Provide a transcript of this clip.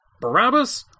Barabbas